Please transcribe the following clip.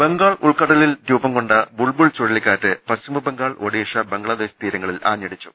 ബംഗാൾ ഉൾക്കടലിൽ രൂപം കൊണ്ട ബുൾബുൾ ചുഴലിക്കാറ്റ് പശ്ചിമബംഗാൾ ഒഡിഷ ബംഗ്ലാദേശ് തീരങ്ങളിൽ ആഞ്ഞടിച്ചു